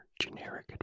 generic